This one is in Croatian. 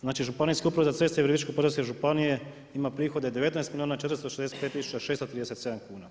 Znači Županijske uprave za ceste Virovitičko-podravske županije ima prihode 19 milijuna 465 tisuća 637 kuna.